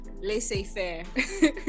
laissez-faire